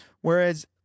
whereas